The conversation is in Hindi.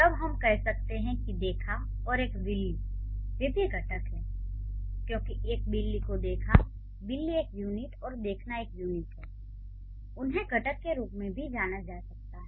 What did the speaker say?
तब हम कह सकते हैं कि देखा और एक बिल्ली वे भी घटक हैं क्योंकि एक बिल्ली को देखा "बिल्ली" एक यूनिट और "देखना" एक यूनिट है उन्हें घटक के रूप में भी माना जा सकता है